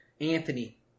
Anthony